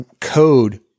code